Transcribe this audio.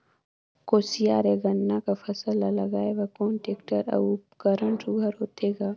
कोशियार या गन्ना कर फसल ल लगाय बर कोन टेक्टर अउ उपकरण सुघ्घर होथे ग?